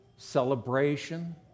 celebration